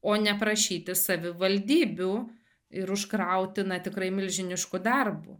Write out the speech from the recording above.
o ne prašyti savivaldybių ir užkrauti na tikrai milžinišku darbu